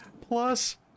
plus